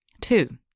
Two